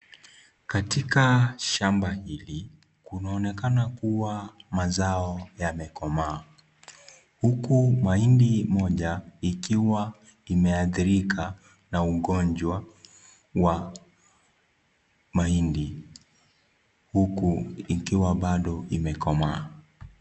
Katika shamba hili, kunaonekana kuwa mazao yamekomaa. Huku mahindi moja ikiwa imeathirika na ugonjwa wa mahindi, huku ikiwa bado imekomaa.